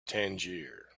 tangier